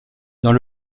dans